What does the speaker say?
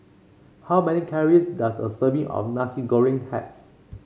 how many calories does a serving of Nasi Goreng have